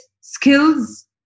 skills